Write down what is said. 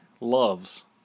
loves